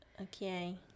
Okay